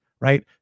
right